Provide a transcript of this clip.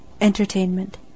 Entertainment